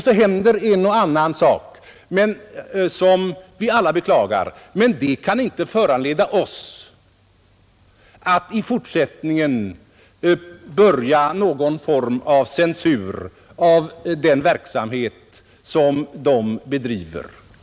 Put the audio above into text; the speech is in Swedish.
Så händer en och annan sak, som vi alla beklagar, men det kan inte föranleda oss att i fortsättningen tillämpa någon form av censur av den verksamhet som de bedriver.